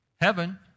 heaven